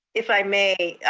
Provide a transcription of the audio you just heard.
if i may,